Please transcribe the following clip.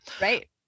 right